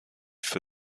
for